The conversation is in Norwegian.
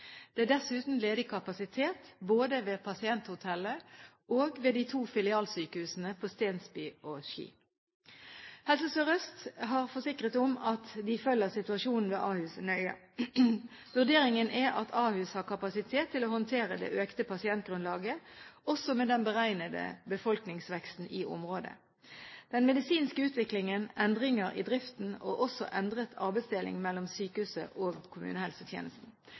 Det er dessuten ledig kapasitet både ved pasienthotellet og ved de to «filialsykehusene» på Stensby og Ski. Helse Sør-Øst har forsikret om at de følger situasjonen ved Ahus nøye. Vurderingen er at Ahus har kapasitet til å håndtere det økte pasientgrunnlaget – også med den beregnede befolkningsveksten i området. Den medisinske utviklingen, endringer i driften og også endret arbeidsdeling mellom sykehuset og kommunehelsetjenesten